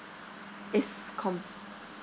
is com~